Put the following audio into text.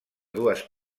dues